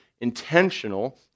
intentional